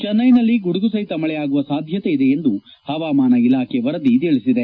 ಚೆನೈನಲ್ಲಿ ಗುಡುಗು ಸಹಿತ ಮಳೆಯಾಗುವ ಸಾಧ್ಯತೆಯಿದೆ ಎಂದು ಪವಾಮಾನ ಇಲಾಖೆ ವರದಿ ತಿಳಿಸಿದೆ